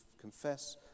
confess